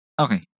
Okay